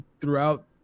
throughout